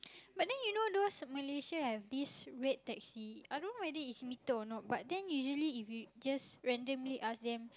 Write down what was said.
but then you know those Malaysia have these red taxi I don't know whether is meter is or not but then usually if you just randomly ask them